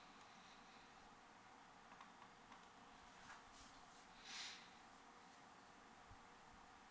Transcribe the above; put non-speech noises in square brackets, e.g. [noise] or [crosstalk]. [breath]